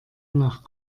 nach